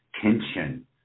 tension